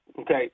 Okay